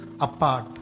apart